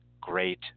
great